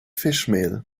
fischmehl